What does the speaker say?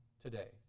today